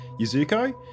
Yuzuko